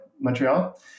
Montreal